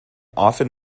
often